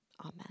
Amen